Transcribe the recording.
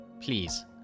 Please